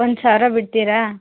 ಒಂದು ಸಾವಿರ ಬಿಡ್ತೀರಾ